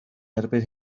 erbyn